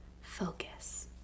focus